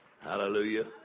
Hallelujah